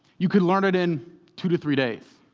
you can learn it in two to three days,